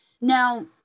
Now